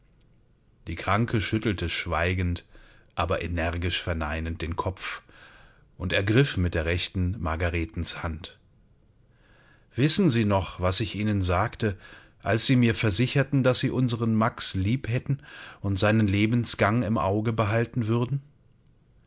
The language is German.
die kranke schüttelte schweigend aber energisch verneinend den kopf und ergriff mit der rechten margaretens hand wissen sie noch was ich ihnen sagte als sie mir versicherten daß sie unseren max lieb hätten und seinen lebensgang im auge behalten würden